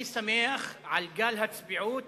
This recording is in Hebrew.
אני שמח על גל הצביעות